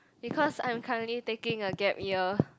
because I'm currently taking a gap year